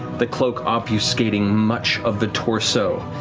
the cloak obfuscating much of the torso,